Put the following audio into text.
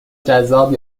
جذاب